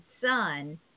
son